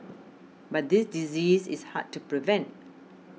but this disease is hard to prevent